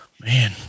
Man